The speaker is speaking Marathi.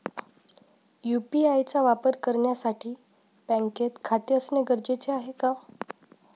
यु.पी.आय चा वापर करण्यासाठी बँकेत खाते असणे गरजेचे आहे का?